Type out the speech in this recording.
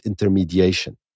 intermediation